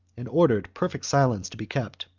and ordered perfect silence to be kept,